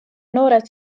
noored